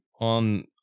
on